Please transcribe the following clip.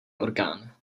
orgán